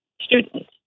students